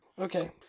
Okay